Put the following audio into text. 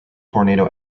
tornado